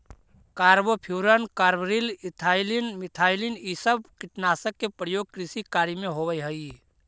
carbofuran, carbaryl, ethylene, methylene इ सब कीटनाशक के प्रयोग कृषि कार्य में होवऽ हई